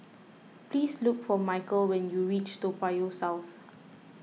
please look for Micheal when you reach Toa Payoh South